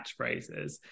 catchphrases